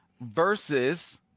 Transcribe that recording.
versus